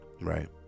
Right